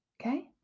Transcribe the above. Okay